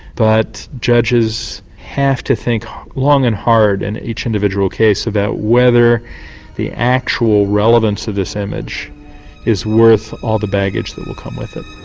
but judges have to think long and hard in and each individual case about whether the actual relevance of this image is worth all the baggage that will come with it.